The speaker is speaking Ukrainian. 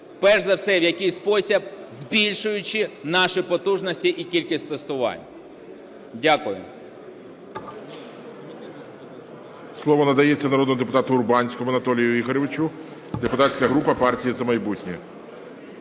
Перш за все, в який спосіб – збільшуючи наші потужності і кількість тестувань. Дякую.